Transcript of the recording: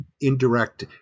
indirect